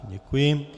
Děkuji.